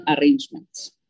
arrangements